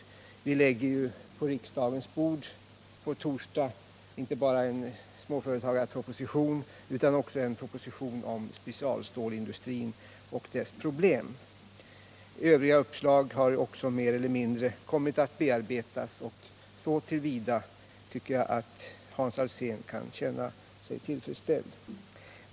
På torsdag lägger ju regeringen på riksdagens bord inte bara en småföretagarproposition, utan också en proposition om specialstålsindustrin och dess problem. Övriga uppslag har också kommit att bearbetas mer eller mindre. Jag tycker därför att Hans Alsén så till vida kan känna sig tillfredsställd.